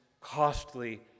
costly